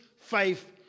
faith